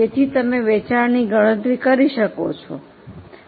તેથી તમે વેચાણની ગણતરી કરી શકો છો જે 16720000 છે